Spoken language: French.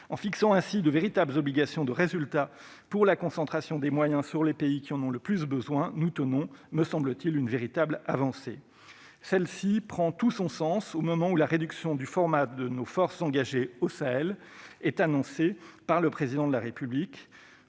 En fixant ainsi de véritables obligations de résultat pour la concentration des moyens sur les pays qui en ont le plus besoin, nous tenons, me semble-t-il, une véritable avancée. Celle-ci prend tout son sens au moment où la réduction du format de nos forces engagées au Sahel a été annoncée par le Président de la République.